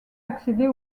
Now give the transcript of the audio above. accéder